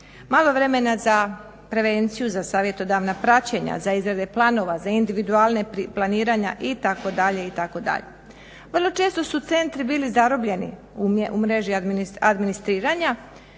Malo vremena za prevenciju, za savjetodavna praćenja, za izrade planova, za individualna planiranja itd., itd. Vrlo često su centri bili zarobljeni u mreži administriranja,